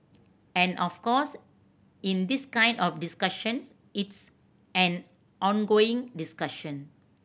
and of course in this kind of discussions it's an ongoing discussion